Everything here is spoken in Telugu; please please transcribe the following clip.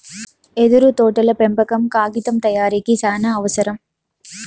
యెదురు తోటల పెంపకం కాగితం తయారీకి సానావసరం